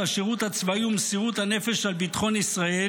השירות הצבאי ומסירות הנפש על ביטחון ישראל,